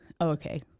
Okay